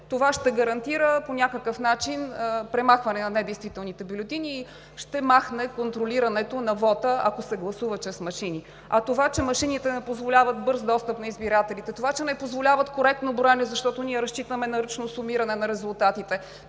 това ще гарантира по някакъв начин премахването на недействителните бюлетини и ще махне контролирането на вота, ако се гласува чрез машини. Това, че машините не позволяват бърз достъп на избирателите, че не позволяват коректно броене, защото ние разчитаме на ръчно сумиране на резултатите,